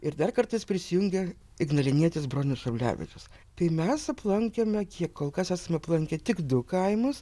ir dar kartais prisijungia ignalinietis bronius šablevičius tai mes aplankėme kiek kol kas esam aplankę tik du kaimus